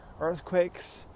earthquakes